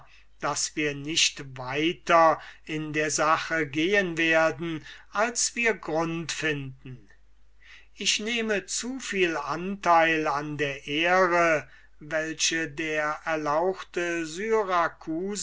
daß wir nicht weiter in der sache gehen werden als wir grund finden ich nehme zu viel anteil an der ehre welche der erlauchte